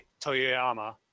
Toyama